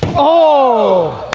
oh!